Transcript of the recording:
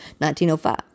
1905